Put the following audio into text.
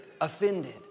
offended